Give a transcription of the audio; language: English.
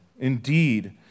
Indeed